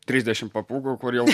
trisdešim papūgų kur jau